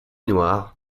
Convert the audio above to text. noire